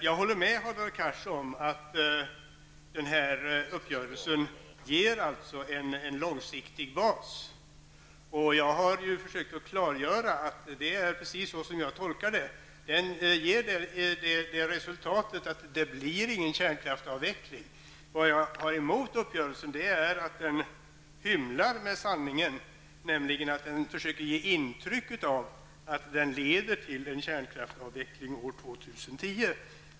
Jag håller med Hadar Cars om att den här uppgörelsen ger en långsiktig bas. Jag har försökt klargöra att jag tolkar det precis så. Den ger det resultatet att det inte blir någon kärnkraftsavveckling. Det jag har emot uppgörelsen är att den hymlar med sanningen och försöker ge intryck av att den leder till en kärnkraftsavveckling år 2010.